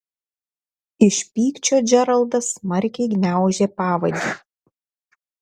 iš pykčio džeraldas smarkiai gniaužė pavadį